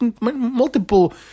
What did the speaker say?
multiple